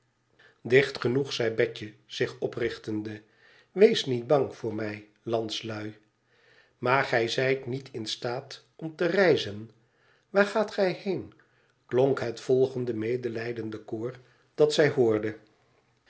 tdicht genoeg zei betje zich oprichtende tweest niet bang voor mij landslul maar gij zijt niet in staat om te reizen waar gaat gij heen klonk het volgende medelijdende koor dat zij hoorde